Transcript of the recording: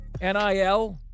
NIL